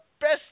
best